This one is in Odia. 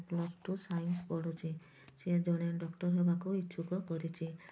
ପ୍ଲସ୍ ଟୁ ସାଇନ୍ସ୍ ପଢ଼ୁଛି ସେ ଜଣେ ଡକ୍ଟର୍ ହେବାକୁ ଇଛୁକ କରିଛି